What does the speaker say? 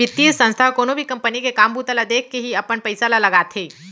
बितीय संस्था ह कोनो भी कंपनी के काम बूता ल देखके ही अपन पइसा ल लगाथे